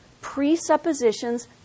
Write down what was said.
presuppositions